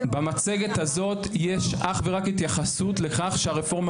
במצגת הזאת יש אך ורק התייחסות לכך שהרפורמה